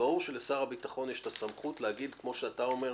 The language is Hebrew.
שברור שלשר הביטחון יש את הסמכות להגיד כמו שאתה אומר,